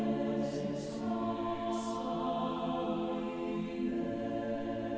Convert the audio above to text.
ah ah ah